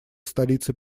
столицей